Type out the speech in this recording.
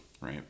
right